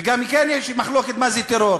וגם כאן יש מחלוקת מה זה טרור,